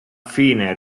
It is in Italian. fine